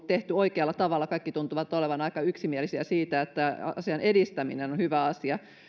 tehty oikealla tavalla kaikki tuntuvat olevan aika yksimielisiä siitä että asian edistäminen on on hyvä asia